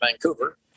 Vancouver